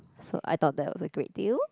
so I thought that was a great deal